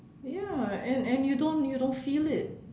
ya and and you don't you don't feel it